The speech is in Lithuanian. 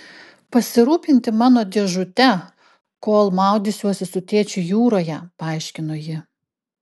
pasirūpinti mano dėžute kol maudysiuosi su tėčiu jūroje paaiškino ji